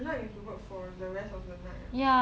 tonight you have to work for the rest of the night ah